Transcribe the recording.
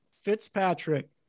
Fitzpatrick